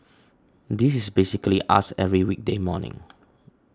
this is basically us every weekday morning